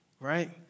right